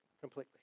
completely